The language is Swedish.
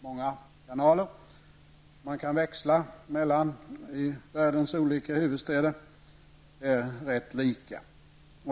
Många kanaler som man kan växla mellan i världens olika huvudstäder är rätt lika.